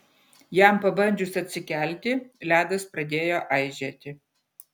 jam pabandžius atsikelti ledas pradėjo aižėti